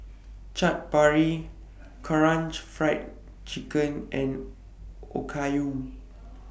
Chaat Papri Karaage Fried Chicken and Okayu